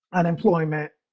unemployment,